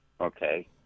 okay